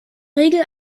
regel